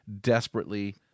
desperately